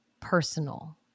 personal